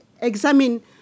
examine